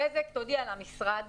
בזק תודיע למשרד